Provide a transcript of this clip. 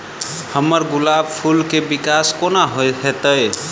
हम्मर गुलाब फूल केँ विकास कोना हेतै?